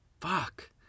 Fuck